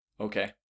okay